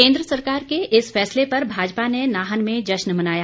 केंद्र सरकार के इस फैसले पर भाजपा ने नाहन में जश्न मनाया